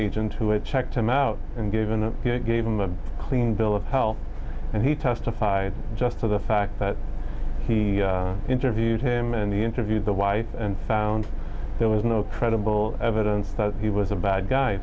agent who had checked him out and gave and gave him a clean bill of health and he testified just to the fact that he interviewed him and he interviewed the wife and found there was no credible evidence that he was a bad guy